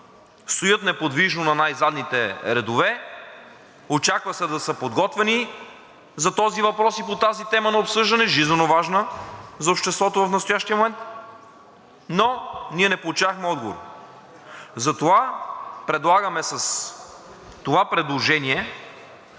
стоят неподвижно на най-задните редове. Очаква се да са подготвени за този въпрос и по тази тема за обсъждане, жизненоважна за обществото в настоящия момент, но ние не получавахме отговори. Предлагаме те да